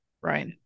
Right